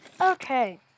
Okay